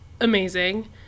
amazing